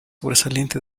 sobresaliente